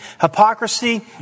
hypocrisy